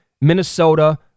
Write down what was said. Minnesota